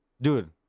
Dude